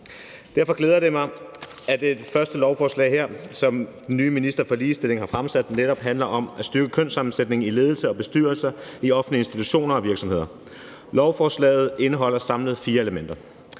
Derfor glæder det mig, at det første lovforslag, som den nye minister for ligestilling har fremsat, netop handler om at styrke kønssammensætningen i ledelser og bestyrelser i offentlige institutioner og virksomheder. Lovforslaget indeholder samlet set fire elementer.